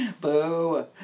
Boo